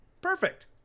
perfect